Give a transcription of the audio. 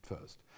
first